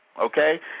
Okay